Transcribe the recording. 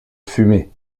fumer